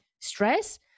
stress